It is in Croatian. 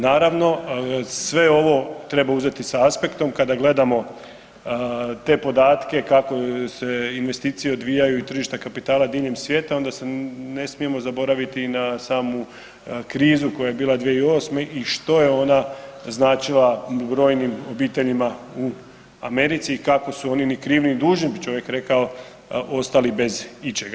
Naravno, sve ovo treba uzeti s aspektom kada gledamo te podatke kako se investicije odvijaju i tržišta kapitala diljem svijeta onda ne smijemo zaboraviti na samu krizu koja je bila 2008. i što je ona značila brojnim obiteljima u Americi i kako su oni ni krivi ni dužni, kako bi čovjek rekao, ostali bez ičega.